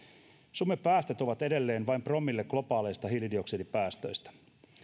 suomen päästöt ovat edelleen vain promille globaaleista hiilidioksidipäästöistä